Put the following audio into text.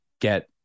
get